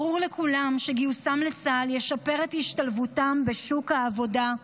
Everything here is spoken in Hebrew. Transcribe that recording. ברור לכולם שגיוסם לצה"ל ישפר את השתלבותם בשוק העבודה,